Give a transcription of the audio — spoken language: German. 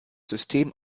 system